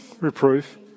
reproof